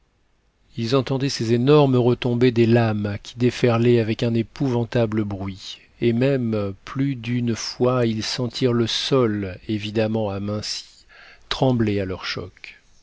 ils entendaient ces énormes retombées des lames qui déferlaient avec un épouvantable bruit et même plus d'une fois ils sentirent le sol évidemment aminci trembler à leur choc